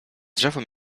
drzewo